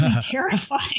terrifying